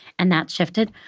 and that's shifted.